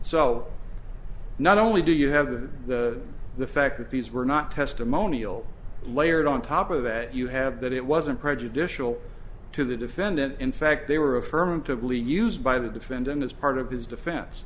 so not only do you have the fact that these were not testimonial layered on top of that you have that it wasn't prejudicial to the defendant in fact they were affirmatively used by the defendant as part of his defense